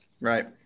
Right